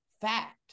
Fact